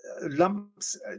lumps